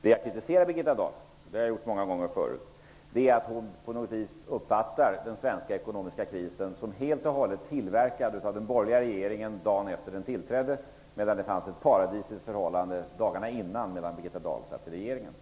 Det jag har kritiserat Birgitta Dahl för -- det har jag gjort många gånger förut -- är att hon på något vis uppfattar den svenska ekonomiska krisen som helt och hållet tillverkad av den borgerliga regeringen dagen efter den tillträdde. Dagarna innan hade vi ett paradisiskt förhållande då Birgitta Dahl satt i regeringen.